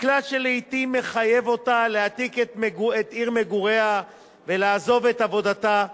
מקלט שלעתים מחייב אותה להעתיק את עיר מגוריה ולעזוב את מקום עבודתה,